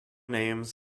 names